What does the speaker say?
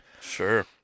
Sure